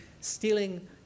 stealing